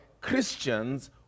Christians